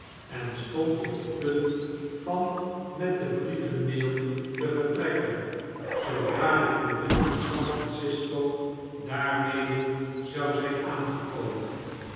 en stond op het punt van met de brievenmail te vertrekken zoodra de koerier van san francisco daarmede zou zijn aangekomen